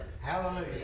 Hallelujah